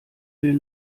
will